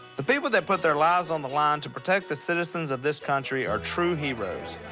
the people that put their lives on the line to protect the citizens of this country are true heroes.